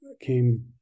came